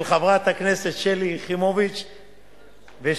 של חברת הכנסת שלי יחימוביץ ושלי.